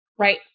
Right